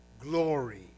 glory